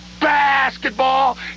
basketball